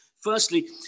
Firstly